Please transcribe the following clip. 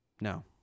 No